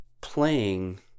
playing